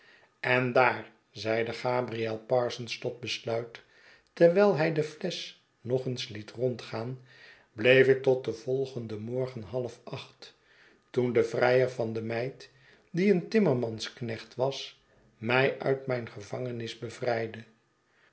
en daar zeide gabriel parsons tot besluit terwijl hij de flesch nog eens liet rondgaan bleef ik tot den volgenden morgen half acht toen de vrijer van de meid die een timmermansknecht was mij uit mijn gevangenis bevrijdde